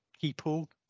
people